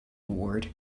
ward